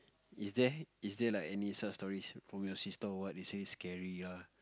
is there is there like any some stories from your sister or what you say scary lah